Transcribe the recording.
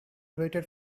waited